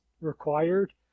required